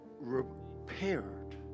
repaired